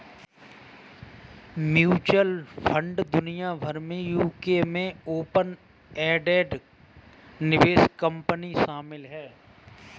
mutual fund दुनिया भर में यूके में ओपन एंडेड निवेश कंपनी शामिल हैं